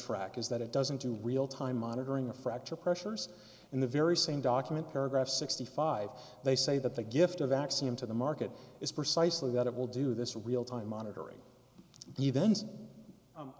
track is that it doesn't do real time monitoring a fracture pressures in the very same document paragraph sixty five they say that the gift of axiom to the market is precisely that it will do this real time monitoring